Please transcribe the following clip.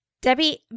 Debbie